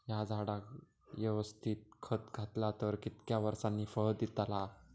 हया झाडाक यवस्तित खत घातला तर कितक्या वरसांनी फळा दीताला?